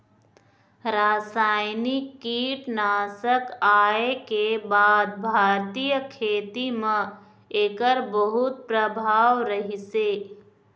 रासायनिक कीटनाशक आए के बाद भारतीय खेती म एकर बहुत प्रभाव रहीसे